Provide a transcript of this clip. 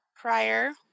prior